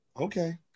okay